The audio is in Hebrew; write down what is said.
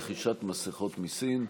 שכותרתה רכישת מסכות מסין.